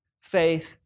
faith